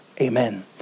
Amen